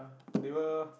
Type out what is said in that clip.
they were